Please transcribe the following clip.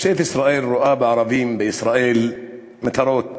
משטרת ישראל רואה בערבים בישראל מטרות